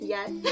Yes